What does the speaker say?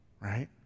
Right